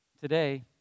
Today